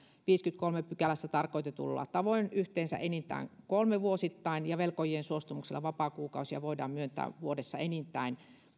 viidennessäkymmenennessäkolmannessa pykälässä tarkoitetulla tavoin yhteensä enintään kolme vuosittain ja velkojien suostumuksella vapaakuukausia voidaan myöntää vuodessa enintään